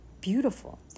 beautiful